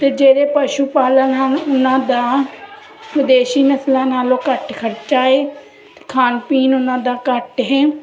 ਅਤੇ ਜਿਹੜੇ ਪਸ਼ੂ ਪਾਲਣ ਹਨ ਉਹਨਾਂ ਦਾ ਵਿਦੇਸ਼ੀ ਨਸਲਾਂ ਨਾਲੋਂ ਘੱਟ ਖਰਚਾ ਏ ਖਾਣ ਪੀਣ ਉਹਨਾਂ ਦਾ ਘੱਟ ਹੈ